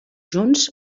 junts